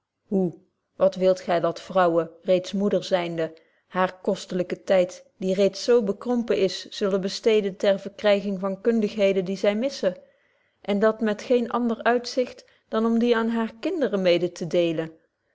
hoe wat wilt gy dat vrouwen reeds moeders zynde haren kostelyken tyd die reeds zo bekrompen is zullen besteden ter verkryging van kundigheden die zy missen en dat met geen ander uitzicht dan om die aan hare kinderen mede te deelen